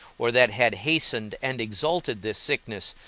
or that had hastened and exalted this sickness,